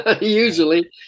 usually